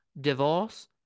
divorce